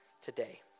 today